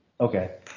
Okay